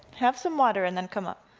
have some water, and then come up.